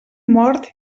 mort